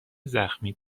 زخمی